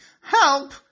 Help